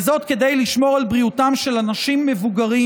וזאת כדי לשמור על בריאותם של אנשים מבוגרים,